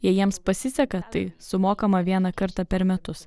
jei jiems pasiseka tai sumokama vieną kartą per metus